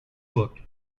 booked